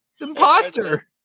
imposter